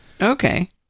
Okay